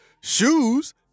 shoes